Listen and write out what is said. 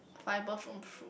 fiber from fruit